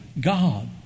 God